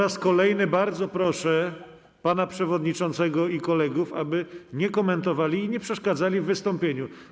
Po raz kolejny bardzo proszę pana przewodniczącego i kolegów, aby nie komentowali i nie przeszkadzali w wystąpieniu.